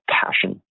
passion